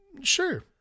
Sure